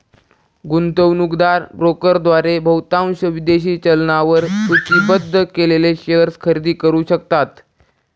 गुंतवणूकदार ब्रोकरद्वारे बहुतांश विदेशी चलनांवर सूचीबद्ध केलेले शेअर्स खरेदी करू शकतात